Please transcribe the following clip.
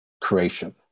creation